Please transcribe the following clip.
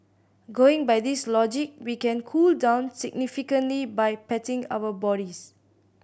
going by this logic we can cool down significantly by patting our bodies